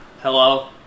hello